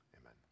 amen